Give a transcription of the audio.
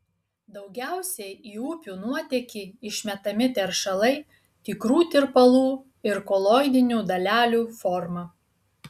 daugiausiai į upių nuotėkį išmetami teršalai tikrų tirpalų ir koloidinių dalelių forma